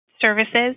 services